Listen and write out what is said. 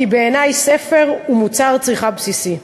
כי בעיני ספר הוא מוצר צריכה בסיסי.